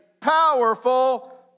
powerful